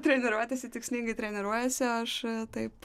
treniruotėse tikslingai treniruojasi o aš taip